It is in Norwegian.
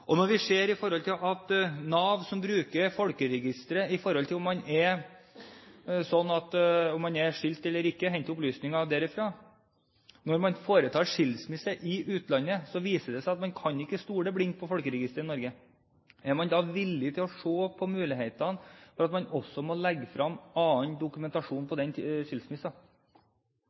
ikke. Når man har tatt ut skilsmisse i utlandet, viser det seg at man ikke kan stole blindt på Folkeregisteret i Norge. Er man villig til å se på mulighetene for at man også må legge fram annen dokumentasjon på den